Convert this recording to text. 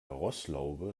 rostlaube